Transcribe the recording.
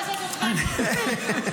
וזה נהנה.